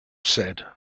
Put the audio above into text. said